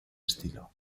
estilo